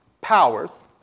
powers